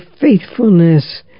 faithfulness